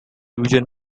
fusion